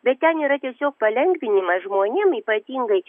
bet ten yra tiesiog palengvinimas žmonėm ypatingai